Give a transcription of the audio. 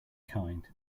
kind